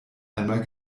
einmal